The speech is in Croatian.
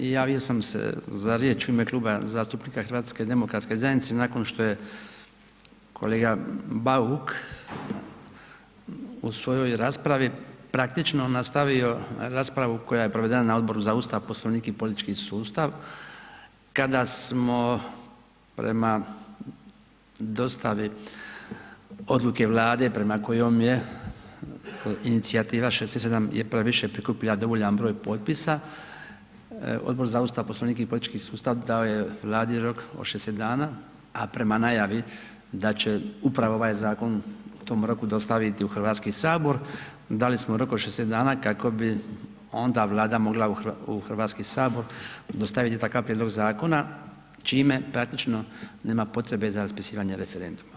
Javio sam se za riječ u ime kluba zastupnika HDZ-a nakon što je kolega Bauk u svojoj raspravi praktično nastavio raspravu koja je provedena za Odboru za Ustav, Poslovnik i politički sustav kada smo prema dostavi odluke Vlade prema kojoj je inicijativa „67 je previše“ prikupila dovoljan broj potpisa, Odbor za Ustav, Poslovnik i politički sustav dao je Vladi rok od 60 dana, a prema najavi da će upravo ovaj zakon u tom roku dostaviti u Hrvatski sabor, dali smo rok od 60 dana kako bi onda Vlada mogla u Hrvatski sabor dostaviti takav prijedlog zakona čime praktično nema potrebe za raspisivanje referenduma.